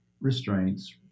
restraints